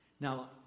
Now